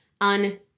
on